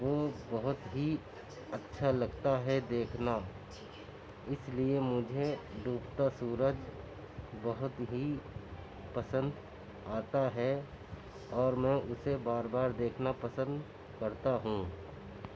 وہ بہت ہی اچھا لگتا ہے دیکھنا اِس لیے مجھے ڈوبتا سورج بہت ہی پسند آتا ہے اور میں اُسے بار بار دیکھنا پسند کرتا ہوں